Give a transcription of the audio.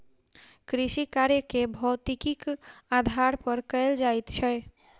कृषिकार्य के भौतिकीक आधार पर कयल जाइत छै